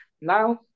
now